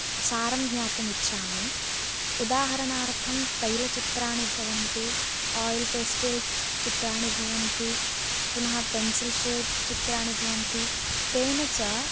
सारं ज्ञातुम् इच्छामि उदाहरणार्थं तैलचित्राणि भवन्ति आयिल् पेस्टिल् चित्राणि भवन्ति पुनः पेन्सिल् शेड् चित्राणि भवन्ति तेन च